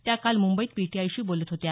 त्या काल मुंबईत पीटीआयशी बोलत होत्या